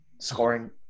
scoring